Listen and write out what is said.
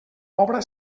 obra